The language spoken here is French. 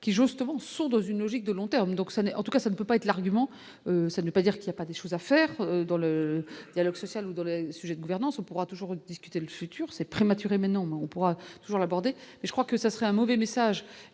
qui justement sont dans une logique de long terme, donc ça n'est en tout cas ça ne peut pas être l'argument ça veut pas dire qu'il y a pas des choses à faire dans le dialogue social ou dans le sujet, gouvernance, on pourra toujours une. Discuter le futur c'est prématuré, mais maintenant, mais on pourra toujours l'aborder, je crois que ça serait un mauvais message